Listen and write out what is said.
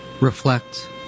reflect